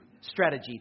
strategy